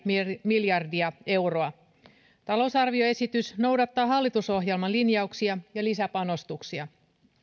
miljardia euroa talousarvioesitys noudattaa hallitusohjelman linjauksia ja lisäpanostuksia